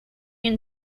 and